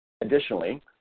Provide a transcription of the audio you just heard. Additionally